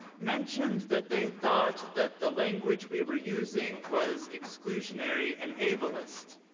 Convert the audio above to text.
mentioned that they thought that the language we were using was exclusionary and ableist.